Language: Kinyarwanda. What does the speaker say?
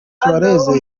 suarez